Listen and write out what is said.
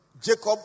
Jacob